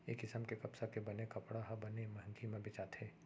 ए किसम के कपसा के बने कपड़ा ह बने मंहगी म बेचाथे